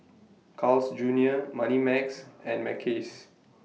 Carl's Junior Moneymax and Mackays